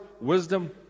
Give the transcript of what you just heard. wisdom